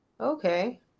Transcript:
Okay